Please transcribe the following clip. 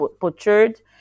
butchered